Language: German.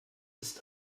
ist